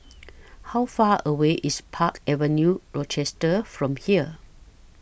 How Far away IS Park Avenue Rochester from here